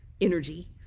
energy